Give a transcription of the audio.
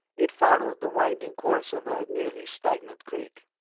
it followed the winding course of a nearly stagnant creek.